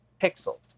Pixels